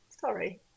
sorry